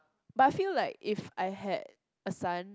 but I feel like if I had a son